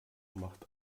macht